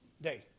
day